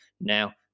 now